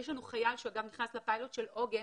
יש לנו חייל שנכנס לפיילוט של עוגן.